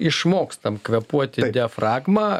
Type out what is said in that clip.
išmokstam kvėpuoti diafragma